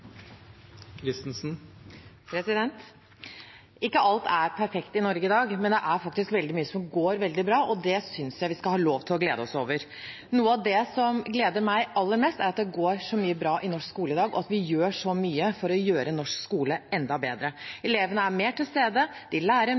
perfekt i Norge i dag, men det er veldig mye som går veldig bra, og det synes jeg vi skal ha lov til å glede oss over. Noe av det som gleder meg aller mest, er at mye i norsk skole går veldig bra i dag, og at vi gjør så mye for å gjøre norsk skole enda bedre. Elevene er mer til stede, de lærer